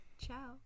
Ciao